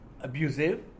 abusive